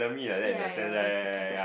ya ya basically